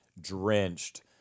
drenched